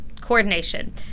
coordination